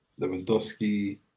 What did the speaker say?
Lewandowski